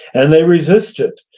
and they resist it.